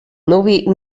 nuvi